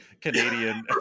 canadian